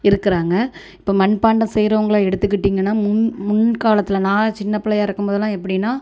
இருக்கிறாங்க இப்போ மண்பாண்டம் செய்றவங்களை எடுத்துக்கிட்டிங்கன்னா முன் முன்காலத்தில் நான் சின்ன பிள்ளையா இருக்கும்போதெலாம் எப்படின்னா